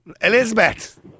Elizabeth